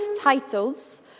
titles